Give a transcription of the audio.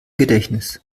gedächtnis